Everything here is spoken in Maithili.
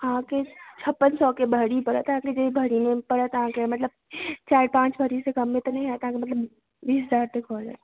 अहाँके छप्पन सएके भरी पड़त अहाँके जाए भरी पड़त अहाँके मतलब चारि पाँच भरीसँ कममे तऽ नहि हैत अहाँके मतलब बीस हजार तक भऽ जायत